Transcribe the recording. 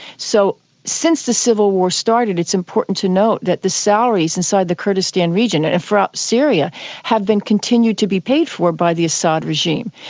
so since the civil war started it's important to note that the salaries inside the kurdistan region and throughout um syria have been continued to be paid for by the assad regime.